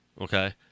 Okay